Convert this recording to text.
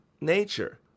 nature